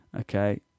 okay